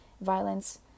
violence